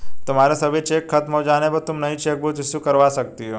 तुम्हारे सभी चेक खत्म हो जाने पर तुम नई चेकबुक इशू करवा सकती हो